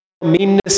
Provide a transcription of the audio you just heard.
meanness